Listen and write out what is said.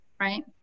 right